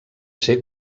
ser